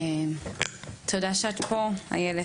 איילת, תודה שאת פה.